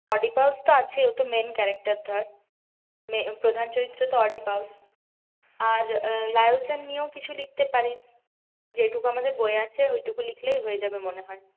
Oedipus তো আছেই ওটা মেন ক্যারেকটার ধর প্রধান চরিত্র তো অডীপাউস আর লাইওস নিয়েও কিছু লিখতে পারিস যেটুকু আমাদের বইয়ে আছে ওইটুকু লিখলেই হয়ে যাবে মনে হয়